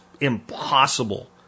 impossible